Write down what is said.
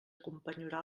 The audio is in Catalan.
acompanyarà